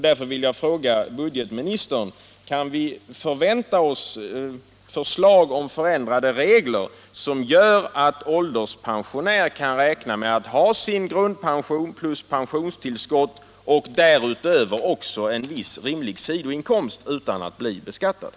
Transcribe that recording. Jag vill därför fråga budgetministern: Kan vi förvänta oss ett förslag om ändrade regler som gör att ålderspensionärer kan räkna med att ha sin grundpension plus pensionstillskott och därutöver också en viss rimlig sidoinkomst utan att bli beskattade?